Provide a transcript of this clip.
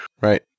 Right